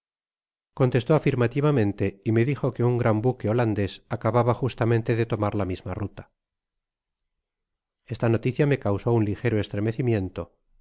contestó afirmativamente y me dijo que un gran buque holandés acababa justamente de tomar la misma ruta esta noticia me causó un ligero estremecimiento